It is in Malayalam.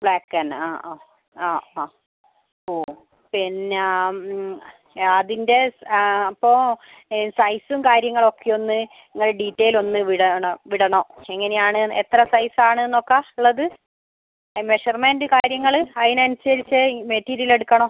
ബ്ലാക്ക് തന്നെ ആ ആ ആ ആ ഓ പിന്നെ അതിൻ്റെ അപ്പോൾ സൈസും കാര്യങ്ങളൊക്കെയൊന്ന് നിങ്ങൾ ഡീറ്റെയിൽ ഒന്ന് വിടണം വിടണം എങ്ങനെയാണ് എത്ര സൈസ് ആണെന്നൊക്കെ ഉള്ളത് മെഷർമെൻ്റ് കാര്യങ്ങൾ അതിനനുസരിച്ച് മെറ്റീരിയൽ എടുക്കണം